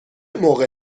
موقع